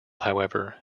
however